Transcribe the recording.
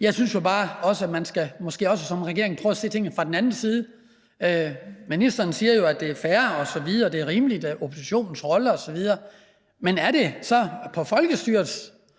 Jeg synes jo bare, at man som regering måske også skal prøve at se tingene fra den anden side. Ministeren siger jo, at det er fair osv., og at det er rimeligt af oppositionen i forhold til dens rolle.